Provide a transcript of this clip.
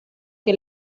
que